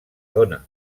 dóna